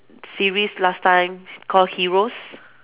series last time called heroes